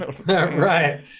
Right